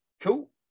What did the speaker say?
cool